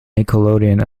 nickelodeon